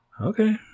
Okay